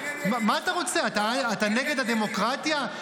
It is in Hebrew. מה אתה רוצה, אתה נגד הדמוקרטיה?